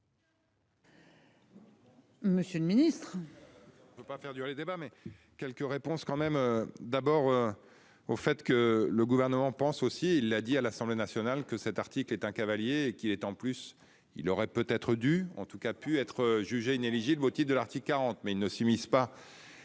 Monsieur le Ministre.